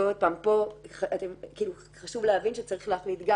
ועוד פעם פה חשוב להבין שצריך להחליט גם